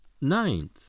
ninth